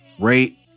rate